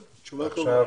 בסדר, תשובה טובה.